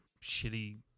shitty